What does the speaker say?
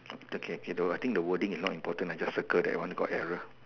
okay okay I think the wording is not important just circle that one got error